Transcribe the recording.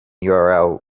url